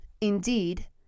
Indeed